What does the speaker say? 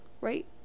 right